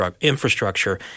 infrastructure